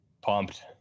Pumped